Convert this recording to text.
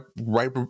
right